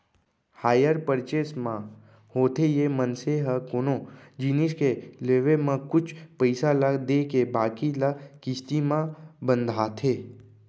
hire purchase म होथे ये मनसे ह कोनो जिनिस के लेवब म कुछ पइसा ल देके बाकी ल किस्ती म बंधाथे